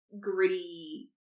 gritty